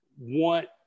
Want